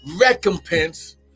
recompense